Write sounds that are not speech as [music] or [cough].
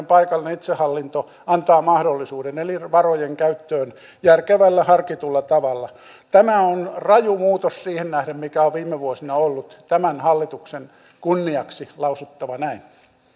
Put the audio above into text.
[unintelligible] paikallinen itsehallinto antaa mahdollisuuden eli varojen käyttöön järkevällä harkitulla tavalla tämä on raju muutos siihen nähden mikä on viime vuosina ollut tämän hallituksen kunniaksi on lausuttava näin